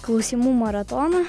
klausimų maratoną